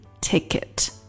ticket